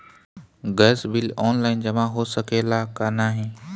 Gas bill online जमा हो सकेला का नाहीं?